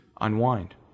unwind